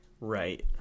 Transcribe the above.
Right